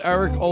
Eric